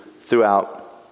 throughout